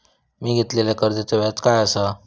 मी घेतलाल्या कर्जाचा व्याज काय आसा?